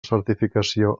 certificació